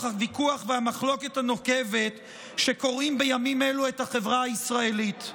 הוויכוח והמחלוקת הנוקבת שקורעים בימים אלו את החברה הישראלית.